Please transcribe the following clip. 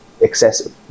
excessive